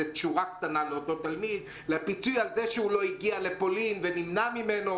תשורה קטנה לאותו תלמיד כפיצוי על כך שלא הגיע לפולין ונמנע ממנו.